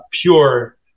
pure